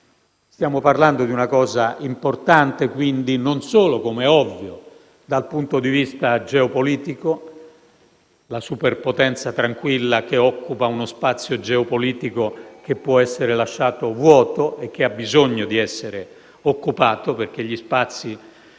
quindi, parlando di una cosa importante, non solo, come è ovvio, dal punto di vista geopolitico (la superpotenza tranquilla, che occupa uno spazio geopolitico che può essere lasciato vuoto e che ha bisogno di essere occupato, perché gli spazi